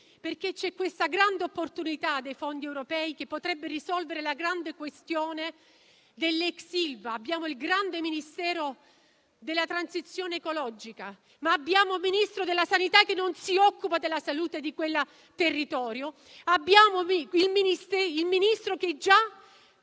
perché la grande opportunità dei fondi europei potrebbe risolvere la grande questione dell'ex Ilva. Abbiamo il grande Ministero della transizione ecologica, ma abbiamo un Ministro della sanità che non si occupa della salute di quel territorio; abbiamo un Ministro che già